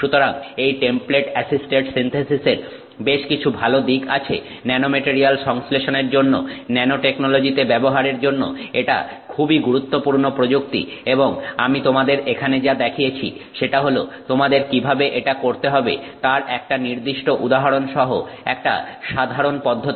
সুতরাং এই template assisted সিন্থেসিসের বেশ কিছু ভালো দিক আছে ন্যানোমেটারিয়াল সংশ্লেষণের জন্য ন্যানোটেকনোলজিতে ব্যবহারের জন্য এটা খুবই গুরুত্বপূর্ণ প্রযুক্তি এবং আমি তোমাদের এখানে যা দেখিয়েছি সেটা হলো তোমাদের কিভাবে এটা করতে হবে তার একটা নির্দিষ্ট উদাহরণসহ একটা সাধারন পদ্ধতি